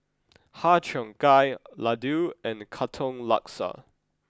Har Cheong Gai Laddu and Katong Laksa